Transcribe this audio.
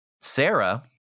Sarah